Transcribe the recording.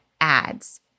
Ads